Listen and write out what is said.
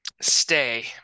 Stay